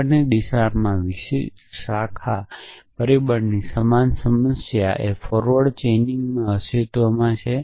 આગળની દિશામાં વિશાળ શાખા પરિબળની સમાન સમસ્યા આગળ ચેઇનમાં અસ્તિત્વમાં છે